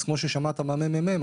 אז כמו ששמעת מהממ"מ,